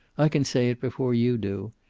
i can say it before you do.